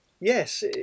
Yes